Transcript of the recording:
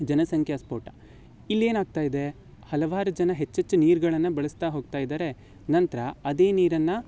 ಜನಸಂಖ್ಯಾ ಸ್ಫೋಟ ಇಲ್ಲೇನು ಆಗ್ತಾ ಇದೆ ಹಲವಾರು ಜನ ಹೆಚ್ಚೆಚ್ಚು ನೀರುಗಳನ್ನ ಬಳಸ್ತಾ ಹೋಗ್ತಾ ಇದ್ದಾರೆ ನಂತರ ಅದೇ ನೀರನ್ನು